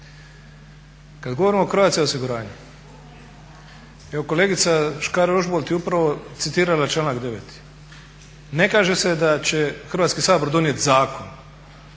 Kada govorim o Croatia osiguranju evo kolegica Škare-Ožbolt je upravo citirala članak 9. Ne kaže se da će Hrvatski sabor donijeti zakon,